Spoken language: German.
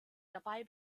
dabei